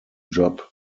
job